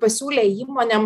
pasiūlė įmonėm